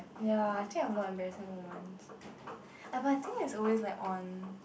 ya actually I have no embarrassing moments I but I think it's always like on